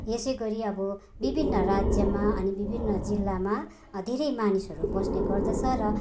यसै गरी अब विभिन्न राज्यमा अनि विभिन्न जिल्लामा धेरै मानिसहरू बस्ने गर्दछ र